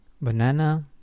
banana